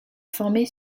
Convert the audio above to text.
formée